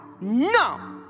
No